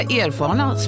erfarna